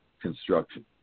construction